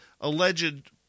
alleged